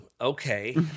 okay